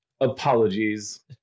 apologies